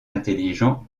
intelligent